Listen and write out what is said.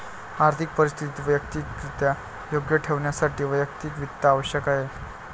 आर्थिक परिस्थिती वैयक्तिकरित्या योग्य ठेवण्यासाठी वैयक्तिक वित्त आवश्यक आहे